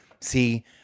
See